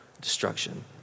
destruction